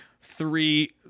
Three